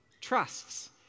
trusts